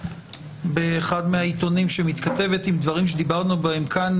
באחד העיתונים שמתכתבת עם דברים שדיברנו בהם כאן,